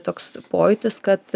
toks pojūtis kad